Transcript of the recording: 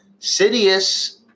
Sidious